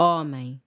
Homem